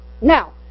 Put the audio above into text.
Now